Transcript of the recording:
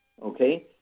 Okay